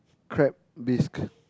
crab biscuit